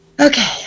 Okay